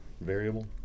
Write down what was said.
variable